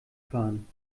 fahren